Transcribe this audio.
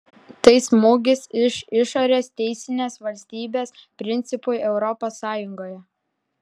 tai smūgis iš išorės teisinės valstybės principui europos sąjungoje